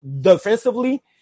Defensively